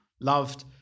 loved